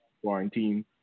quarantine